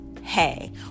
hey